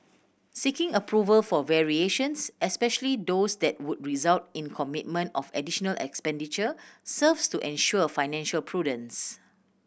seeking approval for variations especially those that would result in commitment of additional expenditure serves to ensure financial prudence